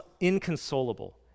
inconsolable